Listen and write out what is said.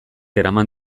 eraman